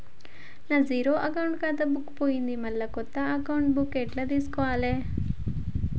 నా zero account ఖాతా book పోయింది మళ్ళా కొత్త ఖాతా బుక్కు ఎట్ల తీసుకోవాలే?